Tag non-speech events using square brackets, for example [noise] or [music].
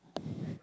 [breath]